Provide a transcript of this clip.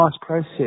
process